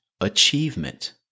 achievement